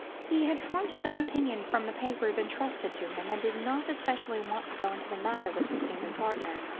he had formed his own opinion from the papers entrusted to him, and did not especially want to go into the matter with his senior partner.